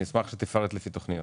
אני אשמח שתפרט לפי תוכניות.